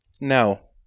no